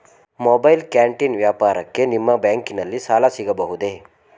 Mobile canteen ವ್ಯಾಪಾರಕ್ಕೆ ನಿಮ್ಮ ಬ್ಯಾಂಕಿನಲ್ಲಿ ಸಾಲ ಸಿಗಬಹುದೇ?